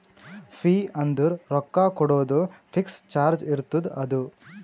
fee ಅಂದುರ್ ರೊಕ್ಕಾ ಕೊಡೋದು ಫಿಕ್ಸ್ ಚಾರ್ಜ್ ಇರ್ತುದ್ ಅದು